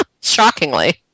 shockingly